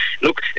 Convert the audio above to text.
look